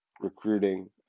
recruiting